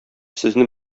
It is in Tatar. сезне